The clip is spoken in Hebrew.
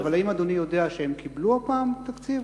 האם אדוני יודע שהם קיבלו הפעם תקציב?